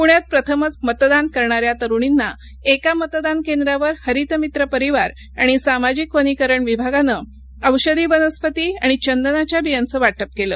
पुण्यात प्रथमच मतदान करणाऱ्या तरूणींनी एका मतदान केंद्रावर हरित मित्र परिवार आणि सामाजिक वनीकरण विभागानं औषधी वनस्पती आणि चंदनाच्या बियांचं वाटप केलं